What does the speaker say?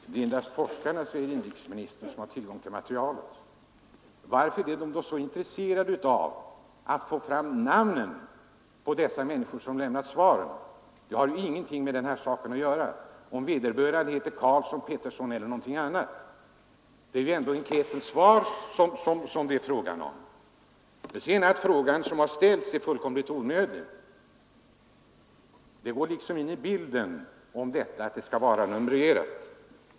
Herr talman! Det är endast forskarna, säger inrikesministern, som har tillgång till materialet. Varför är de då så intresserade av att få fram namnen på de människor som lämnat svar? Det har ju ingenting med saken att göra om vederbörande heter Karlsson, Pettersson eller något annat. Att sedan frågan om politiska sympatier har ställts går liksom in i bilden med detta att svaret skall vara numrerat.